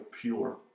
pure